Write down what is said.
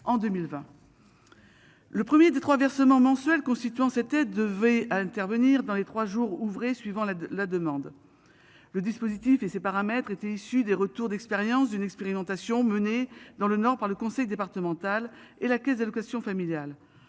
Le 1er des 3 versements mensuels constituant c'était devait intervenir dans les trois jours ouvrés suivant la la demande. Le dispositif et ses paramètres étaient issus des retours d'expérience d'une expérimentation menée dans le nord par le conseil départemental et la Caisse d'allocations familiales.